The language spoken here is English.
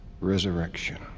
Resurrection